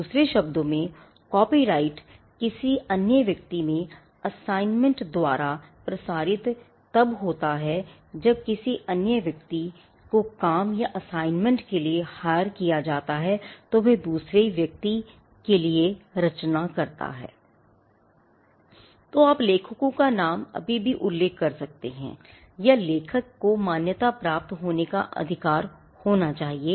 दूसरे शब्दों में कॉपीराइट किसी अन्य व्यक्ति में असाइनमेंट किया जाता है तो वह व्यक्ति दूसरे व्यक्ति के लिए रचना करता है तो आप लेखकों का नाम अभी भी उल्लेख कर सकते हैं या लेखक को मान्यता प्राप्त होने का अधिकार होना चाहिए